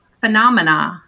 phenomena